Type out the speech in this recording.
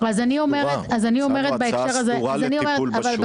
הצענו הצעה סדורה לטיפול בשוק הזה.